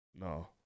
No